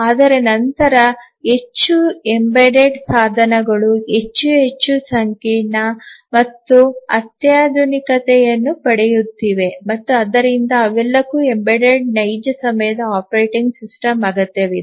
ಆದರೆ ನಂತರ ಹೆಚ್ಚು ಎಂಬೆಡೆಡ್ ಸಾಧನಗಳು ಹೆಚ್ಚು ಹೆಚ್ಚು ಸಂಕೀರ್ಣ ಮತ್ತು ಅತ್ಯಾಧುನಿಕತೆಯನ್ನು ಪಡೆಯುತ್ತಿವೆ ಮತ್ತು ಆದ್ದರಿಂದ ಅವೆಲ್ಲಕ್ಕೂ ಎಂಬೆಡೆಡ್ ನೈಜ ಸಮಯದ ಆಪರೇಟಿಂಗ್ ಸಿಸ್ಟಮ್ ಅಗತ್ಯವಿದೆ